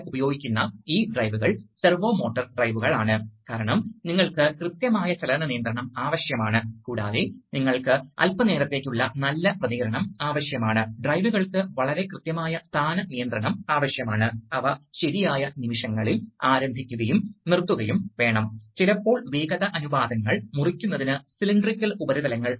ഒന്നിനുപുറകെ ഒന്നായി നീങ്ങുന്ന മൂന്ന് വാൽവുകളുണ്ട് അതിനാൽ ഒന്നിനുപുറകെ ഒന്നായി എന്ന ഈ ആശയം നിങ്ങൾ മനസ്സിലാക്കേണ്ടതുണ്ടെങ്കിൽ ഈ വാൽവ് പ്രവർത്തനക്ഷമം ആയതിനുശേഷം ക്രമേണ വർദ്ധിച്ചുവരുന്ന സമയ കാലതാമസങ്ങൾ നിങ്ങൾ സൃഷ്ടിക്കേണ്ടതുണ്ട്